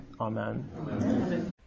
Amen